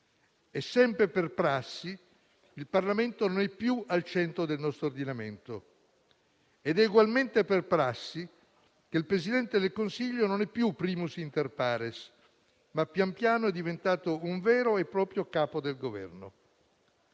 E, sempre per prassi, il Parlamento non è più al centro del nostro ordinamento, ed egualmente per prassi il Presidente del Consiglio non è più *primus inter pares*, ma pian piano è diventato un vero e proprio capo del Governo.